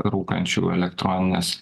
rūkančių elektronines